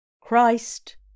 Christ